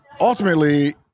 ultimately